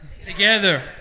together